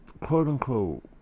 quote-unquote